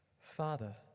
Father